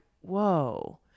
whoa